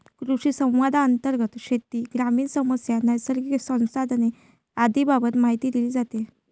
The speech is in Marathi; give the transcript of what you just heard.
कृषिसंवादांतर्गत शेती, ग्रामीण समस्या, नैसर्गिक संसाधने आदींबाबत माहिती दिली जाते